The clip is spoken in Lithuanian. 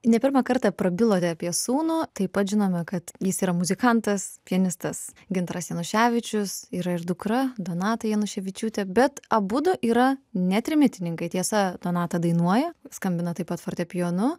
ne pirmą kartą prabilote apie sūnų taip pat žinome kad jis yra muzikantas pianistas gintaras januševičius yra ir dukra donata januševičiūtė bet abudu yra ne trimitininkai tiesa donata dainuoja skambina taip pat fortepijonu